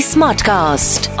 Smartcast